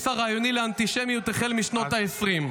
הרעיוני לאנטישמיות החל משנות העשרים.